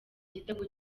igitego